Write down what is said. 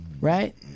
right